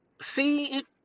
see